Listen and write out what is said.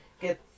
get